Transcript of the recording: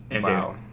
Wow